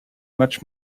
much